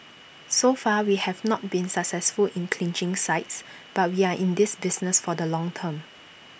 so far we have not been successful in clinching sites but we are in this business for the long term